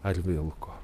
ar vilko